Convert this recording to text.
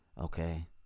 Okay